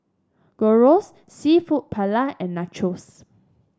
Gyros seafood Paella and Nachos